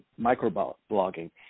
microblogging